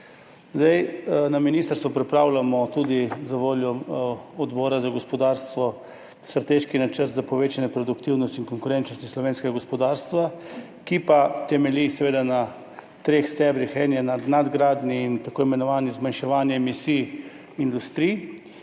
Na ministrstvu pripravljamo tudi zavoljo Odbora za gospodarstvo strateški načrt za povečanje produktivnosti in konkurenčnosti slovenskega gospodarstva, ki pa temelji na treh stebrih. Eden je na nadgradnji in tako imenovanem zmanjševanju emisij industrij,